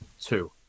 two